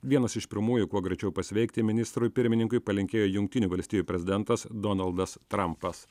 vienas iš pirmųjų kuo greičiau pasveikti ministrui pirmininkui palinkėjo jungtinių valstijų prezidentas donaldas trampas